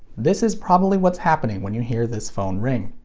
this is probably what's happening when you hear this phone ring.